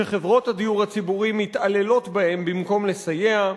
שחברות הדיור הציבורי מתעללות בהם במקום לסייע,